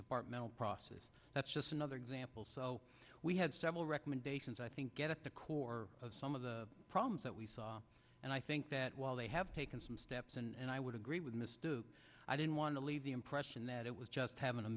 departmental process that's just another example so we had several recommendations i think get at the core of some of the problems that we saw and i think that while they have taken some steps and i would agree with mister i didn't want to leave the impression that it was just